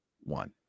one